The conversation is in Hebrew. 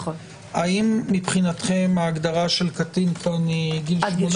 האם מבחינתכם ההגדרה של קטין היא עד גיל 18?